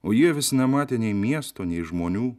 o jie vis nematė nei miesto nei žmonių